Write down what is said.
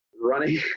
running